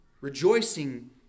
rejoicing